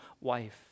wife